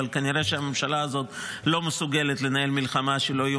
אבל כנראה שהממשלה הזאת לא מסוגלת לנהל מלחמה שבה לא יהיו